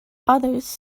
others